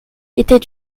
était